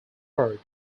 part